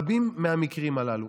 רבים מהמקרים הללו.